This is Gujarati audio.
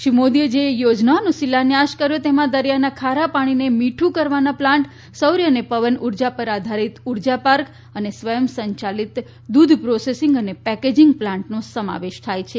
શ્રી મોદીએ જે યોજનાઓનો શિલાન્યાસ કર્યો તેમાં દરીયાના ખારા પાણીને મીઠુ કરવાના પ્લાન્ટ સૌર અને પવન ઉર્જા પર આધારીત ઉર્જા પાર્ક અને સ્વયં સંયાલિત દુધ પ્રોસેસીંગ અને પેકેજીંગ પ્લાન્ટનો સમાવેશ થાય છે